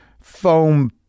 foam